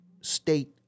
state